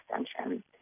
extension